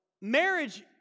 marriage